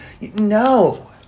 No